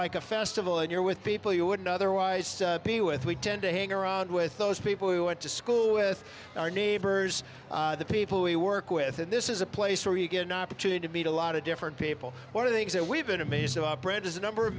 like a festival and you're with people you wouldn't otherwise be with we tend to hang around with those people we went to school with our neighbors the people we work with and this is a place where you get an opportunity to meet a lot of different people one of the exit we've been amazed to read is a number of